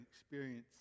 experience